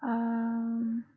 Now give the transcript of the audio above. err